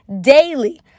daily